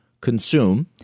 consume